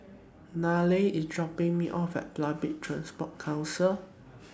Nylah IS dropping Me off At Public Transport Council